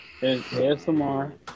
ASMR